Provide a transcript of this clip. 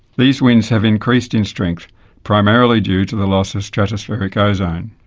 these winds have increased in strength primarily due to the loss of stratospheric ozone.